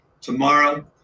Tomorrow